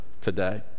today